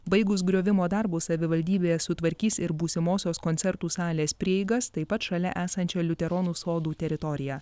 baigus griovimo darbus savivaldybė sutvarkys ir būsimosios koncertų salės prieigas taip pat šalia esančią liuteronų sodų teritoriją